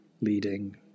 leading